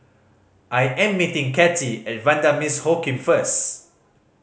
I am meeting Cathi at Vanda Miss Joaquim first